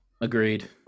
Agreed